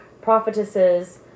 prophetesses